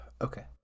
okay